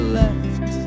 left